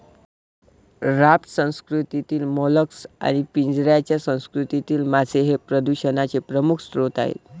raft संस्कृतीतील mollusc आणि पिंजऱ्याच्या संस्कृतीतील मासे हे प्रदूषणाचे प्रमुख स्रोत आहेत